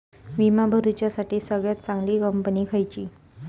विमा भरुच्यासाठी सगळयात चागंली कंपनी खयची?